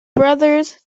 brothers